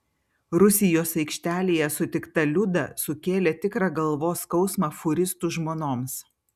rusijos aikštelėje sutikta liuda sukėlė tikrą galvos skausmą fūristų žmonoms